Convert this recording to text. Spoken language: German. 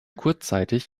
kurzzeitig